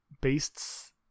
beasts